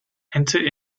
enter